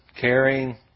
Caring